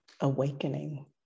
awakening